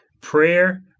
Prayer